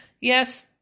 Yes